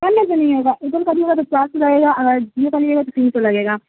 کنے تو نہیں ہوا ایک د ک کای ہو گا تو چار سو لگےا اگر جیو ک نہیں ہو گا تو تین سو لگے گا